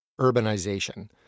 Urbanization